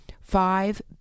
five